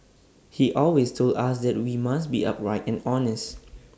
he always told us that we must be upright and honest